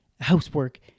housework